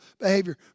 behavior